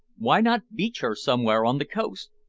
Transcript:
why not beach her somewhere on the coast?